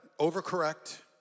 overcorrect